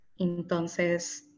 Entonces